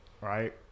right